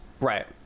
right